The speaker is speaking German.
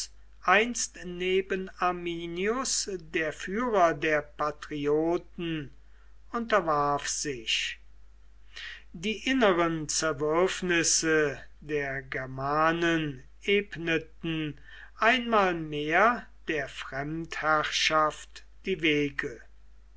einst neben arminius der führer der patrioten unterwarf sich die inneren zerwürfnisse der germanen ebneten einmal mehr der fremdherrschaft die wege